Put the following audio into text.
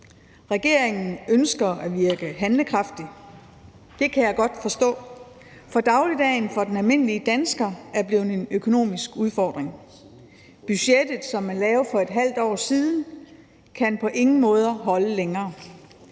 Regeringen ønsker at virke handlekraftig. Det kan jeg godt forstå, for dagligdagen for den almindelige dansker er blevet en økonomisk udfordring. Budgettet, som man lavede for et halvt år siden, kan på ingen måde holde længere.